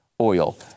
oil